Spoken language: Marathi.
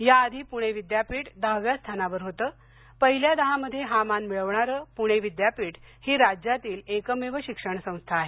याआधी पुणे विद्यापीठ दहाव्या स्थानवर होते पहिल्या दहामध्ये हा मान मिळवणारे पुणे विद्यापीठ ही राज्यातील एकमेव शिक्षण संस्था आहे